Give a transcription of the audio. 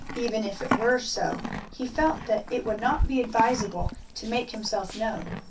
even if it were so, he felt that it would not be advisable to make himself known.